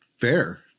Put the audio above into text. fair